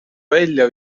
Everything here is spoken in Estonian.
välja